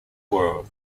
world